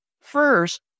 first